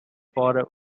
for